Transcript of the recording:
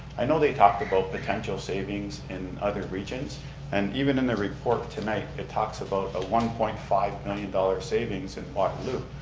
i know they talked about potential savings in other regions and even in the report tonight, it talks about a one point five million dollar savings in waterloo.